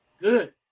Good